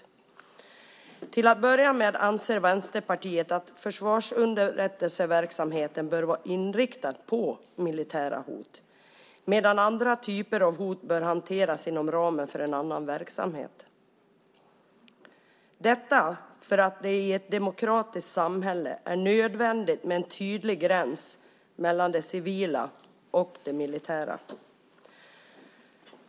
Till att börja med anser Vänsterpartiet att försvarsunderrättelseverksamheten bör vara inriktad på militära hot medan andra typer av hot bör hanteras inom ramen för en annan verksamhet. Detta anser vi därför att det i ett demokratiskt samhälle är nödvändigt med en tydlig gräns mellan det civila och det militära.